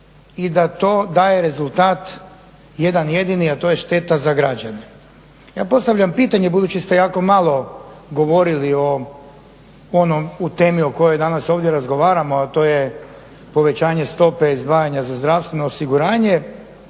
i da to daje rezultat jedan jedini, a to je šteta za građane. Ja postavljam pitanje, budući ste jako malo govorili o onom u temi o kojoj danas ovdje razgovaramo, a to je povećanje stope izdvajanja za zdravstveno osiguranje,